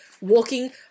walking